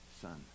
son